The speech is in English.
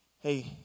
Hey